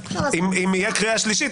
אם תהיה קריאה שלישית,